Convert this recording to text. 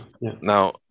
Now